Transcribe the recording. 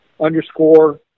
underscore